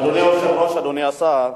אדוני היושב-ראש, אדוני השר,